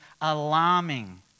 alarming